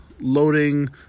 loading